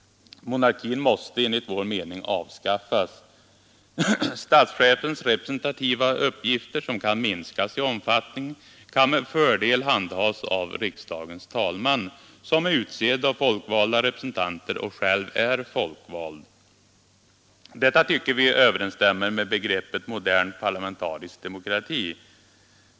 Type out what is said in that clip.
Monarkin måste enligt vår mening avskaffas. Statschefens representativa uppgifter — som kan minskas i omfattning — kan med fördel handhas av riksdagens talman, som är utsedd av folkvalda representanter och själv är folkvald. Detta tycker vi överensstämmer med begreppet modern parlamentarisk demokrati.